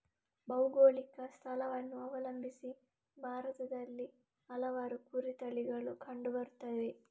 ಭೌಗೋಳಿಕ ಸ್ಥಳವನ್ನು ಅವಲಂಬಿಸಿ ಭಾರತದಲ್ಲಿ ಹಲವಾರು ಕುರಿ ತಳಿಗಳು ಕಂಡು ಬರುತ್ತವೆ